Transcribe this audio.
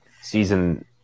season